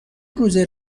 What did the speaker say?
روزه